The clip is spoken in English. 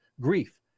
grief